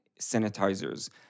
sanitizers